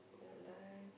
your life